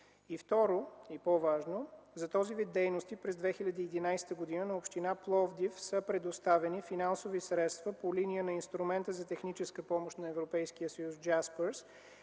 Второ, и по-важно, за този вид дейности през 2011 г. на община Пловдив са предоставени финансови средства по линия на инструмента за техническа помощ на Европейския съюз